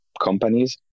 companies